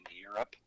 Europe